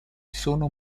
sono